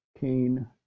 Kane